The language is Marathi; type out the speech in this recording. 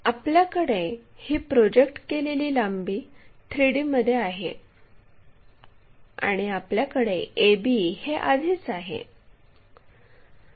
आपल्याकडे ही प्रोजेक्ट केलेली लांबी 3D मध्ये आहे आणि आपल्याकडे ab हे आधीच आहे